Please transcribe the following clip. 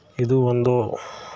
ಇದು ಒಂದು